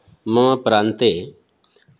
मम प्रान्ते